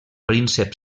príncep